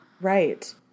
Right